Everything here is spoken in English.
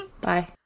Bye